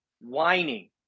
whining